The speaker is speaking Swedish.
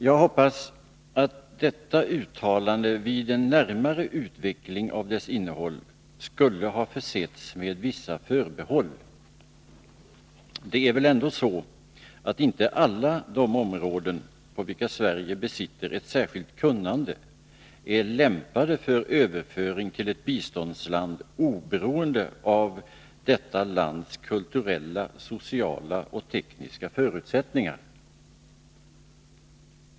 Jag hoppades att detta uttalande vid en närmare utveckling av dess innehåll skulle ha försetts med vissa förbehåll. Det är väl ändå så, att inte alla de områden på vilka Sverige besitter ett särskilt kunnande är lämpade för överföring till ett biståndsland oberoende av detta lands kulturella, sociala och tekniska förutsättningar.